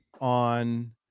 on